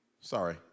Sorry